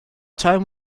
time